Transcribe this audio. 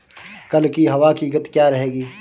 कल की हवा की गति क्या रहेगी?